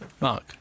Mark